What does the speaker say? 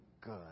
good